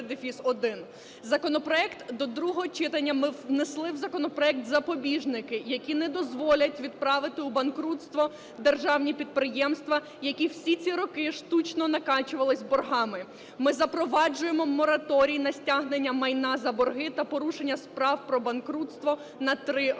Закон 1054-1. До другого читання ми внесли в законопроект запобіжники, які не дозволять відправити у банкрутство державні підприємства, які всі ці роки штучно накачувались боргами. Ми запроваджуємо мораторій на стягнення майна за борги та порушення справ про банкрутство на 3 роки.